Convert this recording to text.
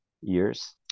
years